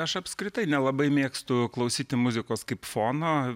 aš apskritai nelabai mėgstu klausyti muzikos kaip fono